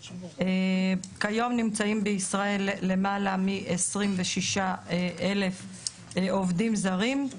כיום, נמצאים בישראל למעלה מ-26,000 עובדים זרים.